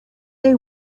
they